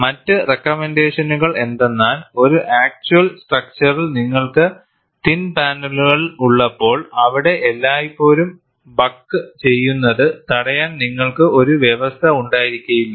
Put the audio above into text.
മറ്റ് റെക്കമെൻറ്റേഷനുകൾ എന്തെന്നാൽ ഒരു ആക്ച്വൽ സ്ട്രക്ചറിൽ നിങ്ങൾക്ക് തിൻ പാനലുകൾ ഉള്ളപ്പോൾഅവിടെ എല്ലായ്പ്പോഴും ബക്ക് ചെയ്യുന്നത് തടയാൻ നിങ്ങൾക്ക് ഒരു വ്യവസ്ഥ ഉണ്ടായിരിക്കില്ല